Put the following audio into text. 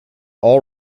all